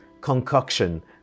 concoction